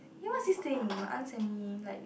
eh what's this thing my aunt send me like it's